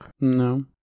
No